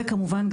כמובן,